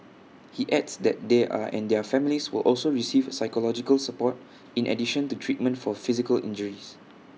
he adds that they are and their families will also receive psychological support in addition to treatment for physical injuries